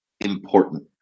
important